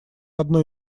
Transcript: одно